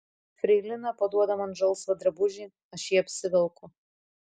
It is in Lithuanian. freilina paduoda man žalsvą drabužį aš jį apsivelku